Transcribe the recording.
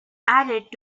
added